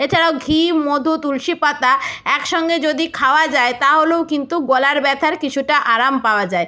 এছাড়াও ঘি মধু তুলসী পাতা একসঙ্গে যদি খাওয়া যায় তাহলেও কিন্তু গলার ব্যথার কিছুটা আরাম পাওয়া যায়